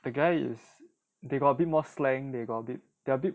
the guy is they got a bit more slang they got a bit they are a bit